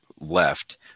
left